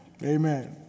amen